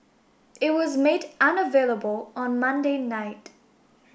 it was made unavailable on Monday night